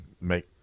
make